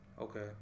Okay